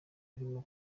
arimo